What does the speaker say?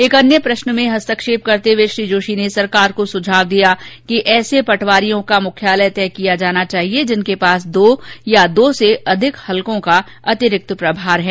एक अन्य प्रश्न में हस्तक्षेप करते हुए श्री जोशी ने सरकार को सुझाव दिया कि ऐसे पटवारियों का मुख्यालय तय किया जाना चाहिए जिनके पास दो या दो से अधिक हलकों का अतिरिक्त प्रभार है